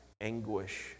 anguish